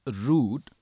root